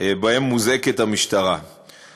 מוזעקת המשטרה בכל יום.